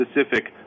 specific